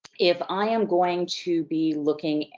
if i am going to be looking,